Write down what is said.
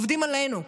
עובדים עלינו.